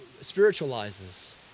spiritualizes